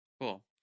Cool